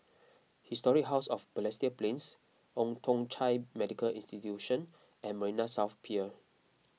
Historic House of Balestier Plains Old Thong Chai Medical Institution and Marina South Pier